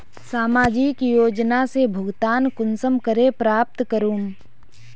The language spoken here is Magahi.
सामाजिक योजना से भुगतान कुंसम करे प्राप्त करूम?